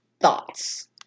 thoughts